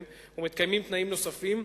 ומתקיימים תנאים נוספים,